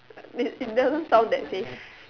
may it doesn't sound that safe